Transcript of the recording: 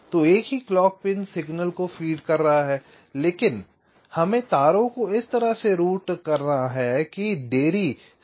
तो एक ही क्लॉक पिन सिग्नल को फीड कर रहा है लेकिन हमें तारों को इस तरह से रूट करें कि देरी सही तरीके से संतुलित हो रही है